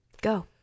go